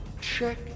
Check